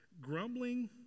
Grumbling